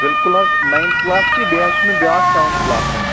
بلکل حظ ninth class تہٕ بیٚیہِ حظ چھ مےٚ بیاکھ سیوَنتھ کٕلاس حظ